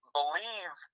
believe